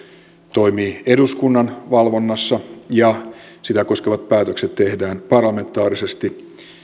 toimii eduskunnan valvonnassa ja sitä koskevat päätökset tehdään parlamentaarisesti